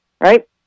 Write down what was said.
right